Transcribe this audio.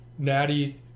Natty